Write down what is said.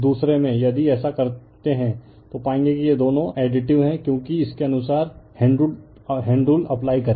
दूसरे में यदि ऐसा करते हैं तो पाएंगे कि यह दोनों एडिटिव हैं क्योंकि इसके अनुसार हैंड रूल अप्लाई करें